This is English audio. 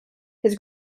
his